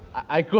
i